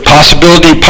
Possibility